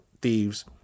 thieves